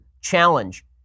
challenge